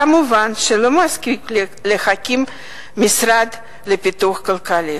כמובן, לא מספיק להקים משרד לפיתוח כלכלי.